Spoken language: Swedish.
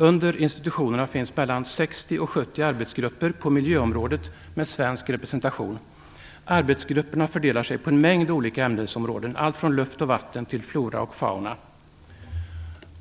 Under institutionerna finns 60-70 arbetsgrupper på miljöområdet med svensk representation. Arbetsgrupperna fördelar sig på en mängd olika ämnesområden, från luft och vatten till flora och fauna.